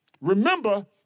Remember